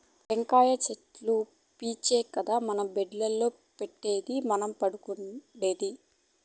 టెంకాయ చెట్లు పీచే కదా మన బెడ్డుల్ల పెట్టేది మనం పండేది